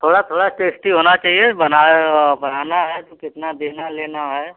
थोड़ा थोड़ा टेस्टी होना चाहिए बनाए हो बनाना है तो कितना देना लेना है